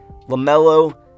LaMelo